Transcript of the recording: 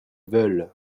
veulent